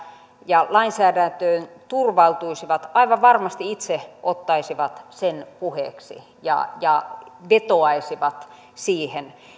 ja lainsäädäntöön turvautuisivat aivan varmasti itse ottaisivat sen puheeksi ja ja vetoaisivat siihen